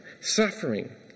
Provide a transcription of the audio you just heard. Suffering